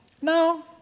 no